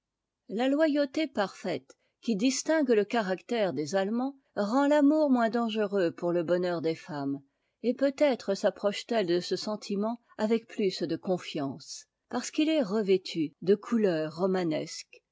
la loyauté parfaite qui distingue le caractère des allemands rend t'amour moins dangereux pour le bonheur des femmes et peut-être sapprochent ettesde ce sentiment avec plus de confiance parce qu'il est revêtu de couleurs romanesques